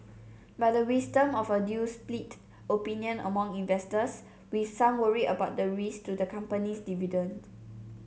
but the wisdom of a deal split opinion among investors with some worried about the risk to the company's dividend